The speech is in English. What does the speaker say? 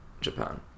Japan